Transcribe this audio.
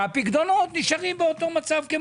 והפיקדונות נשארים באותו מצב.